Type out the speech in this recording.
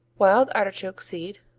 wild artichoke seed,